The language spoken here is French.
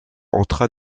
entra